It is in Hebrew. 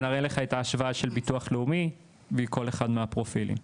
ונראה לך את ההשוואה של ביטוח לאומי מכל אחד מהפרופילים.